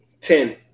Ten